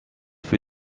für